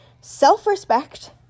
self-respect